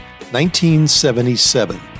1977